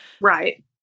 Right